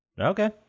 Okay